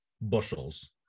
bushels